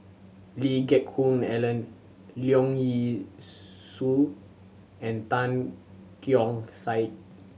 Lee Geck Hoon Ellen Leong Yee Soo and Tan Keong Saik